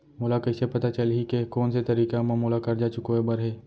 मोला कइसे पता चलही के कोन से तारीक म मोला करजा चुकोय बर हे?